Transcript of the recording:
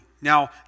Now